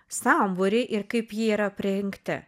sambūrį ir kaip jie yra aprengti